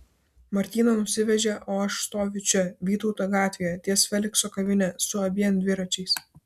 martyną nusivežė o aš stoviu čia vytauto gatvėje ties felikso kavine su abiem dviračiais